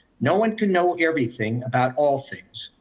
no one can know everything about all things.